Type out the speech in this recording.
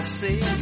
say